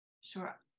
Sure